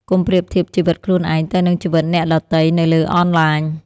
កុំប្រៀបធៀបជីវិតខ្លួនឯងទៅនឹងជីវិតអ្នកដទៃនៅលើអនឡាញ។